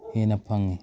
ꯍꯦꯟꯅ ꯐꯪꯉꯤ